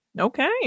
Okay